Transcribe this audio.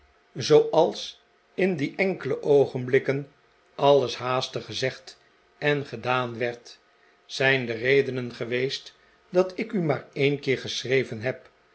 zooals in die enkele oogenblikken alles haastig gezegd en gedaan werd zijn de redenen geweest dat ik u maar een keer geschreven heb